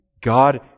God